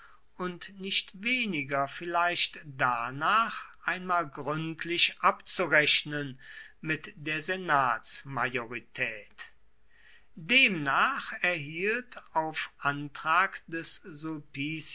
und nicht weniger vielleicht danach einmal gründlich abzurechnen mit der senatsmajorität demnach erhielt auf antrag des